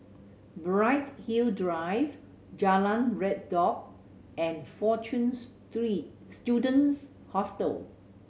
Bright Hill Drive Jalan Redop and Fortune Students Hostel